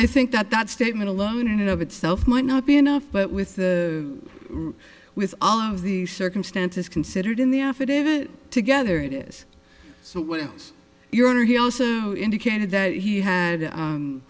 i think that that statement alone in and of itself might not be enough but with the with all of the circumstances considered in the affidavit together it is so what has your honor he also indicated that he had